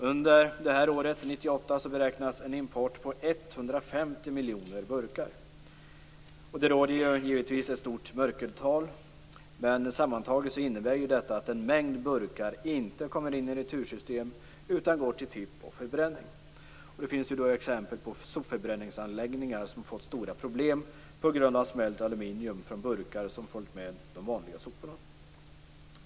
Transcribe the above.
Under 1998 beräknas en import på 150 miljoner burkar. Det råder naturligtvis ett stort mörkertal. Men sammantaget innebär ju detta att en mängd burkar inte kommer in i retursystemet utan går till tipp och förbränning. Det finns exempel på sopförbränningsanläggningar som fått stora problem på grund av smält aluminium från burkar som följt med de vanliga soporna.